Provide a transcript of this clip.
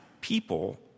people